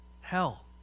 hell